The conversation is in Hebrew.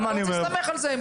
אני לא רוצה להסתמך על זה.